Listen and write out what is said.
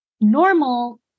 normal